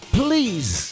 please